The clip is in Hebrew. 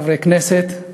חברי הכנסת,